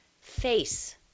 face